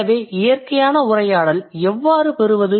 எனவே இயற்கையான உரையாடலை எவ்வாறு பெறுவது